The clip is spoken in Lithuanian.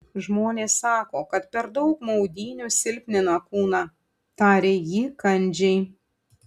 žmonės sako kad per daug maudynių silpnina kūną tarė ji kandžiai